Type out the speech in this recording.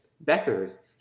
Becker's